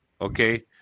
okay